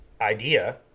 idea